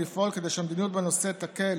לפעול כדי שהמדיניות בנושא תקל